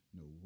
no